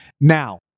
now